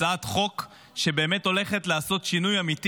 הצעת חוק שבאמת הולכת לעשות שינוי אמיתי